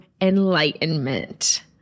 enlightenment